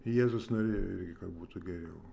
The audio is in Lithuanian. jėzus norėjo irgi kad būtų geriau